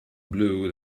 blew